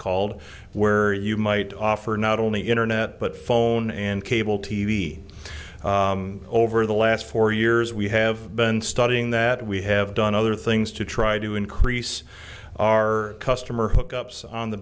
called where you might offer not only internet but phone and cable t v over the last four years we have been studying that we have done other things to try to increase our customer hookups on the